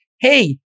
hey